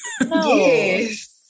Yes